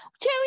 Two